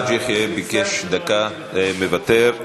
חאג' יחיא ביקש דקה, מוותר.